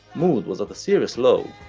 mood was at a serious low,